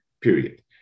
period